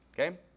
okay